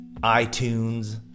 itunes